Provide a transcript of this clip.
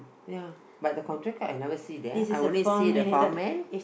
ya but the contractor I never see there I only see the farmhand